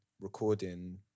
recording